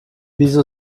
wieso